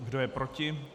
Kdo je proti?